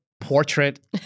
portrait